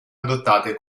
adottate